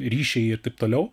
ryšiai ir taip toliau